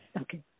Okay